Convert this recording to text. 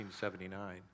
1979